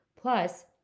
Plus